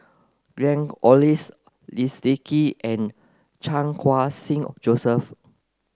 Glen Goei Leslie Kee and Chan Khun Sing Joseph